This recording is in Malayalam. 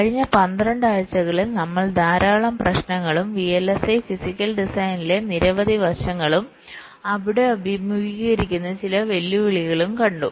കഴിഞ്ഞ 12 ആഴ്ചകളിൽ നമ്മൾ ധാരാളം പ്രശ്നങ്ങളും VLSI ഫിസിക്കൽ ഡിസൈനിലെ നിരവധി വശങ്ങളും അവിടെ അഭിമുഖീകരിക്കുന്ന ചില വെല്ലുവിളികളും കണ്ടു